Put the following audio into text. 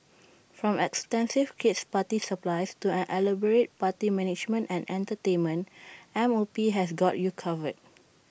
from extensive kid's party supplies to an elaborate party management and entertainment M O P has got you covered